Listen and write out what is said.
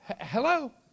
Hello